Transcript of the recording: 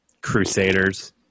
Crusaders